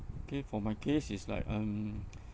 okay for my case is like um